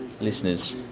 Listeners